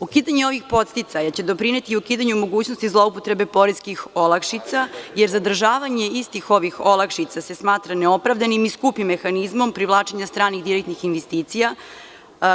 Ukidanje ovih podsticaja će doprineti ukidanju mogućnosti zloupotrebe poreskih olakšica, jer zadržavanje istih ovih olakšica se smatra neopravdanih i skupim mehanizmom privlačenja stranih direktnih investicija,